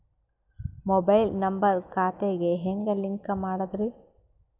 Mobile number ಖಾತೆ ಗೆ ಹೆಂಗ್ ಲಿಂಕ್ ಮಾಡದ್ರಿ?